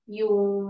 yung